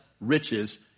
riches